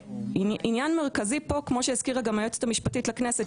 ועניין מרכזי פה כמו שגם הזכירה היועצת המשפטית לכנסת,